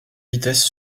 vitesse